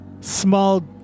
small